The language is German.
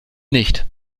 nicht